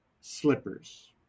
slippers